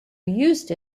used